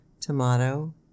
Tomato